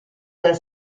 del